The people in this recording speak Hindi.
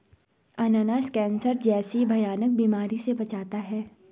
अनानास कैंसर जैसी भयानक बीमारी से बचाता है